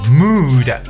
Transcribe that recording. mood